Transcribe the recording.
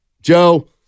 Joe